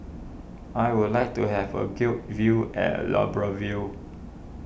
I would like to have a good view at Libreville